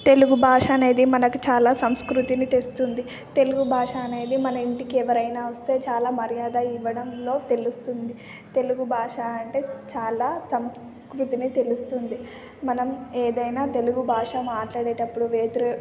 తెలుగు భాష అనేది మనకి చాలా సంస్కృతిని తెస్తుంది తెలుగు భాష అనేది మన ఇంటికి ఎవరైనా వస్తే చాలా మర్యాద ఇవ్వడంలో తెలుస్తుంది తెలుగు భాష అంటే చాలా సంస్కృతిని తెలుస్తుంది మనం ఏదైనా తెలుగు భాష మాట్లాడేటప్పుడు వెత్రు